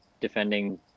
defending